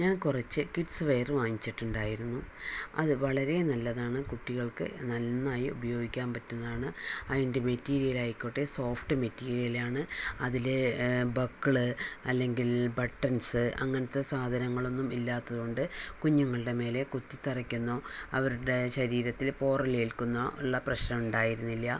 ഞാൻ കുറച്ച് kids wear വാങ്ങിച്ചിട്ടുണ്ടായിരുന്നു അത് വളരെ നല്ലതാണ് കുട്ടികൾക്ക് നന്നായി ഉപയോഗിക്കാൻ പറ്റുന്നതാണ് അതിൻ്റെ മെറ്റീരിയലായിക്കോട്ടെ സോഫ്റ്റ് മെറ്റീരിയലാണ് അതിൽ ബക്കിൾ അല്ലെങ്കിൽ ബട്ടൻസ് അങ്ങനത്തെ സാധനങ്ങൾ ഒന്നും ഇല്ലാത്തതുകൊണ്ട് കുഞ്ഞുങ്ങളുടെ മേലെ കുത്തി തറയ്ക്കുമെന്നോ അവരുടെ ശരീരത്തിൽ പോറൽ ഏൽക്കുമെന്നോ ഉള്ള പ്രശ്നം ഉണ്ടായിരുന്നില്ല